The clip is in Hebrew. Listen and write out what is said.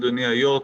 אדוני היו"ר,